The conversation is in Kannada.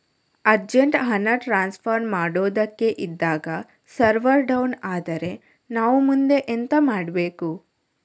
ಅರ್ಜೆಂಟ್ ಹಣ ಟ್ರಾನ್ಸ್ಫರ್ ಮಾಡೋದಕ್ಕೆ ಇದ್ದಾಗ ಸರ್ವರ್ ಡೌನ್ ಆದರೆ ನಾವು ಮುಂದೆ ಎಂತ ಮಾಡಬೇಕು?